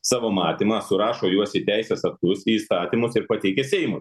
savo matymą surašo juos į teisės aktus į įstatymus ir pateikia seimui